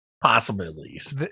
possibilities